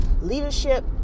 Leadership